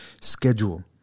schedule